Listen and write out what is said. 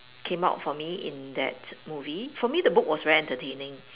came out for me in that movie for me the book was very entertaining